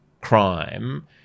crime